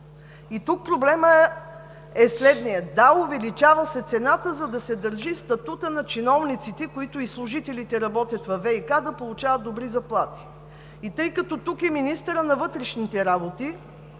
Тук проблемът е следният: да, увеличава се цената, за да се държи статутът на чиновниците и служителите, които работят във ВиК, за да получават добри заплати. И тъй като тук е и министърът на вътрешните работи,